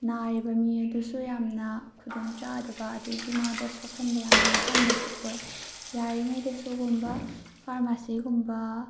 ꯅꯥꯔꯤꯕ ꯃꯤ ꯑꯗꯨꯁꯨ ꯌꯥꯝꯅ ꯈꯨꯗꯣꯡ ꯆꯥꯗꯕ ꯑꯗꯩꯗꯤ ꯃꯥꯗ ꯁꯣꯛꯍꯟꯕ ꯌꯥꯝꯅ ꯋꯥꯍꯟꯕꯁꯨ ꯑꯣꯏ ꯌꯥꯔꯤꯉꯩꯗꯤ ꯑꯁꯤꯒꯨꯝꯕ ꯐꯥꯔꯃꯥꯁꯤꯒꯨꯝꯕ